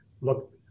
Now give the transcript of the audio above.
look